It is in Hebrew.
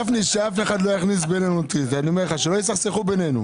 כספי הקרן יוקצו לצורך מימוש מטרות החוק כאמור בסעיף 5. מחקנו את סעיף